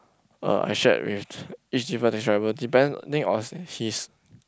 uh I shared with each different driver depending of his